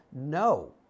no